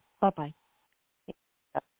Bye-bye